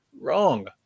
Wrong